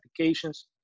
applications